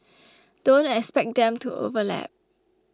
don't expect them to overlap